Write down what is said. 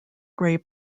gray